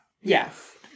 Yes